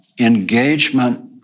engagement